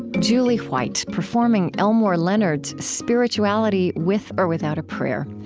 julie white, performing elmore leonard's spirituality, with or without a prayer.